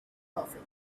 perfect